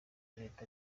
leta